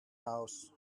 house